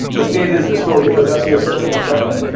the state is restored, because that's your system of record.